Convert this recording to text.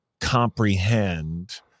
comprehend